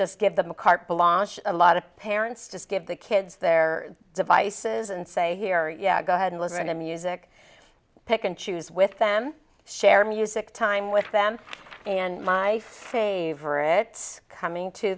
just give them carte blanche a lot of parents just give the kids their devices and say here yeah go ahead and listen to music pick and choose with them share music time with them and my favorite coming to